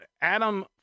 Adam